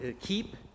keep